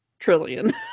trillion